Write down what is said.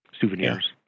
Souvenirs